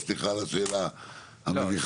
סליחה על השאלה המביכה.